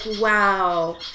wow